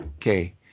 Okay